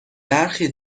برخی